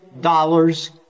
dollars